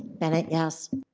bennett, yes.